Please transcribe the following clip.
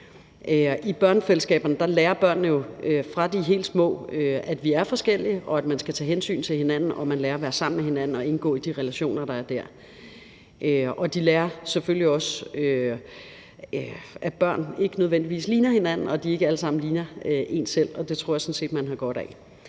I børnefællesskaberne lærer børnene jo, fra de er helt små, at vi er forskellige, og at man skal tage hensyn til hinanden, og de lærer at være sammen med hinanden og indgå i de relationer, der er der. De lærer selvfølgelig også, at børn ikke nødvendigvis ligner hinanden, og at de ikke alle sammen ligner en selv, og det tror jeg sådan set man har godt af.